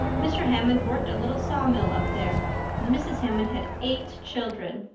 mr. hammond worked a little sawmill up there, and mrs. hammond had eight children.